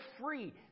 free